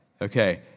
okay